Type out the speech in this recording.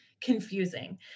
confusing